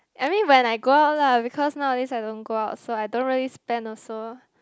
I mean when I go out lah because nowadays I don't go out so I don't really spend also